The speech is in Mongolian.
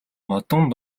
модон